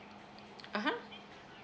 (uh huh)